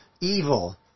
evil